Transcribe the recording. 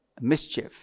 mischief